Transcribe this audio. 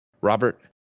robert